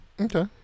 Okay